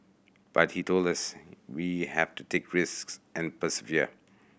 but he told us we have to take risks and persevere